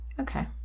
Okay